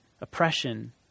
oppression